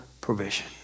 provision